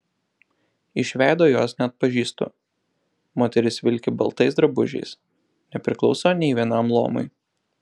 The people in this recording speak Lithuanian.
iš veido jos neatpažįstu moteris vilki baltais drabužiais nepriklauso nė vienam luomui